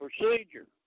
procedure